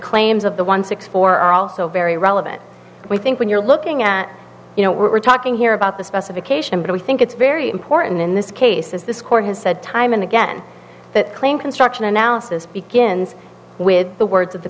claims of the one six four are also very relevant we think when you're looking at you know we're talking here about the specification but we think it's very important in this case as this court has said time and again that claim construction analysis begins with the words